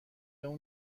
اون